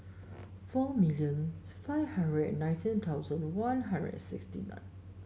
four million five hundred and nineteen thousand One Hundred and sixty nine